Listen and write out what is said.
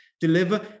deliver